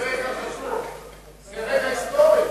זה רגע היסטורי.